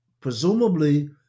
presumably